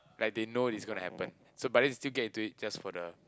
like they know it's gonna to happen so but they still get into it just for the